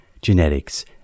genetics